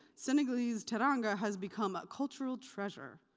senegalese teranga has become a cultural treasure.